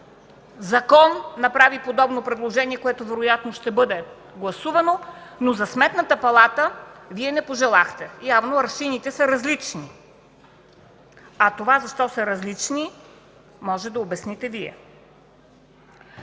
закон направи подобно предложение, което вероятно ще бъде гласувано, но за Сметната палата Вие не пожелахте това. Явно аршините са различни, а защо са различни – това можете да обясните Вие.